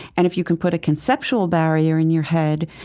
and if you can put a conceptual barrier in your head,